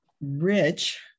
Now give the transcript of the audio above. rich